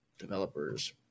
developers